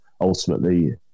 ultimately